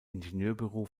ingenieurbüro